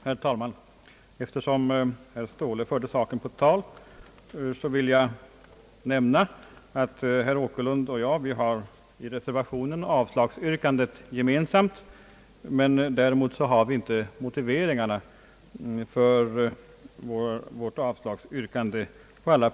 Herr talman! Eftersom herr Ståhle förde saken på tal, vill jag nämna att herr Åkerlund och jag i reservationen har avslagsyrkandet gemensamt. Däremot har vi inte på alla punkter samma motivering för vårt avslagsyrkande.